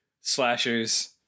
slashers